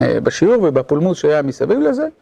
בשיעור ובפולמוס שהיה מסביב לזה.